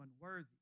unworthy